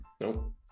Nope